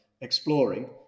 exploring